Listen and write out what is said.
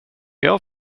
jag